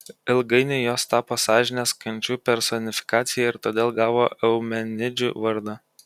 ilgainiui jos tapo sąžinės kančių personifikacija ir todėl gavo eumenidžių vardą